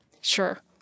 Sure